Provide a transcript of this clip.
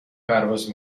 پرواز